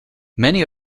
many